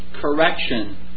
correction